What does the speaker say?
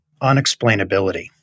unexplainability